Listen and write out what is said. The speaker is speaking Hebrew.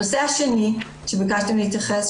הנושא השני שביקשתם להתייחס אליו,